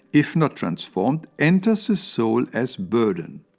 if not transformed, enters the soul as burden.